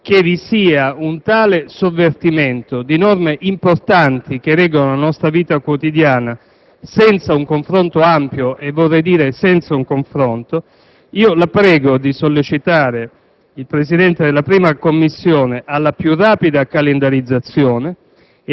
che vi sia un tale sovvertimento di norme importanti che reggono la nostra vita quotidiana senza un confronto ampio, e vorrei dire senza un confronto. La prego di sollecitare il Presidente della 1a Commissione alla più rapida calendarizzazione